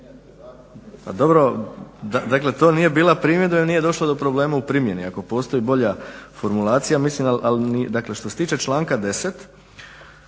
Pa dobro, dakle to nije bila primjedba i nije došlo do problema u primjeni. Ako postoji bolja formulacija, ali mislim. Dakle, što se tiče članka 10.,